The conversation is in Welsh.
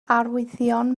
arwyddion